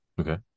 Okay